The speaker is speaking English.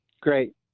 Great